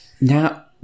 now